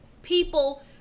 people